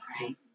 right